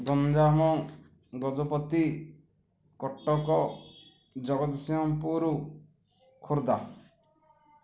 Ganjam Gajapati Cuttack Jagatsinghpur Khordha